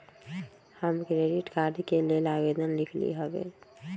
हम credit card के लेल आवेदन लिखली हबे